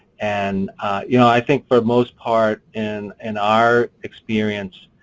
and you know i think for most part in and our experience,